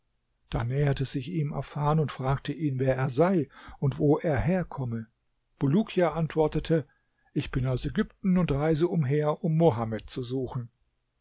da näherte sich ihm afan und fragte ihn wer er sei und wo er herkomme bulukia antwortete ich bin aus ägypten und reise umher um mohammed zu suchen